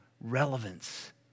relevance